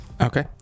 okay